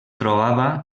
trobava